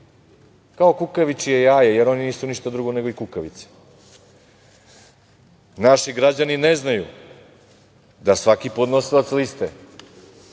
kao kukavičje jaje, jer oni nisu ništa drugo nego kukavice. Naši građani ne znaju da svaki podnosilac liste,